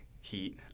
heat